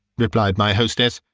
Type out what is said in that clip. rep! like my hostess.